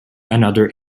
another